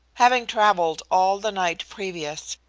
having traveled all the night previous,